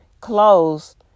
closed